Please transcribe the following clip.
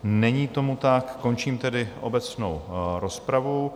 Není tomu tak, končím tedy obecnou rozpravu.